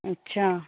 अच्छा